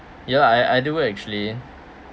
ya I I do actually